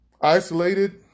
isolated